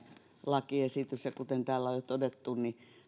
lakiesitys ja kuten täällä on jo todettu